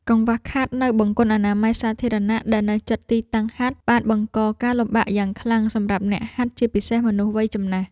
កង្វះខាតនូវបង្គន់អនាម័យសាធារណៈដែលនៅជិតទីតាំងហាត់ បានបង្កការលំបាកយ៉ាងខ្លាំងសម្រាប់អ្នកហាត់ ជាពិសេសមនុស្សវ័យចំណាស់។